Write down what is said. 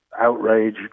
outrage